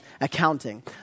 accounting